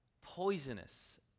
poisonous